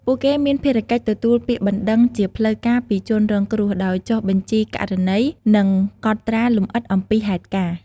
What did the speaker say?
ពួកគេមានភារកិច្ចទទួលពាក្យបណ្ដឹងជាផ្លូវការពីជនរងគ្រោះ ដោយចុះបញ្ជីករណី និងកត់ត្រាលម្អិតអំពីហេតុការណ៍។